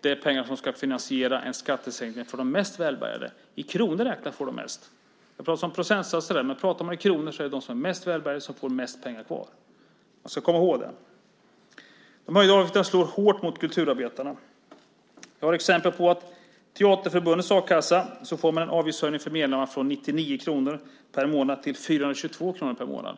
Det är pengar som ska finansiera en skattesänkning för de mest välbärgade. I kronor räknat får de mest. Det har talats om procentsatser här. Men talar man i kronor är det de mest välbärgade som får mest pengar kvar. Man ska komma ihåg det. De höjda avgifterna slår hårt mot kulturarbetarna. Jag har exempel på att medlemmarna i Teaterförbundets a-kassa får en avgiftshöjning från 99 kr per månad till 422 kr per månad.